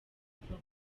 kuva